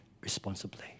responsibly